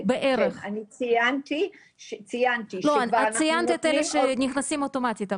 לא, את ציינת את אלה שנכנסים אוטומטית.